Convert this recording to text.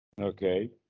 Okay